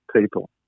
people